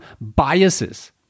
biases